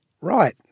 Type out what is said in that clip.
right